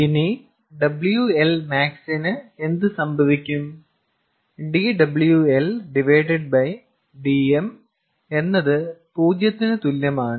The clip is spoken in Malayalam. ഇനി WL max ന് എന്ത് സംഭവിക്കും dWLdm എന്നത് 0 ന് തുല്യമാണ്